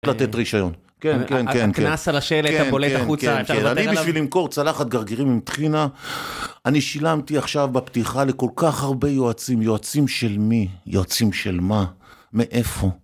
לתת רישיון, כן, כן, כן, כן, כן, הקנס על השלט שיוצא החוצה אני בשביל למכור צלחת גרגירים עם תחינה, אני שילמתי עכשיו בפתיחה לכל כך הרבה יועצים, יועצים של מי, יועצים של מה, מאיפה?